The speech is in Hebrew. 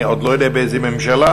אני עוד לא יודע באיזו ממשלה,